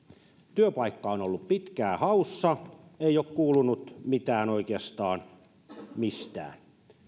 työpaikka on ollut pitkään haussa ei ole kuulunut mitään oikeastaan mistään